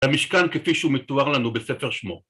המשכן, כפי שהוא מתואר לנו בספר שמות.